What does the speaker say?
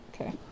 Okay